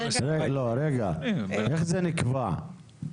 איך זה נקבע?